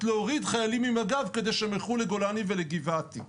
להוריד חיילים ממג"ב כדי שהם ילכו לגולני ולגבעתי,